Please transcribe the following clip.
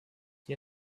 die